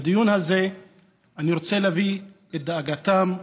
בדיון הזה אני רוצה להביא את דאגתם,